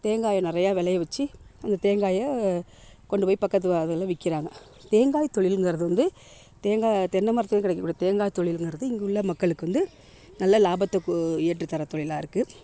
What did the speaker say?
தேங்காயை நிறைய விளைய வச்சு அந்த தேங்காயை கொண்டு போய் பக்கத்து அதில் விற்கிறாங்க தேங்காய் தொழில்ங்கிறது வந்து தேங்காய் தென்னை மரத்தில் கிடைக்க கூடிய தேங்காய்த் தொழில்ங்கிறது இங்குள்ள மக்களுக்கு வந்து நல்ல லாபத்தை ஏற்று தர தொழிலாக இருக்குது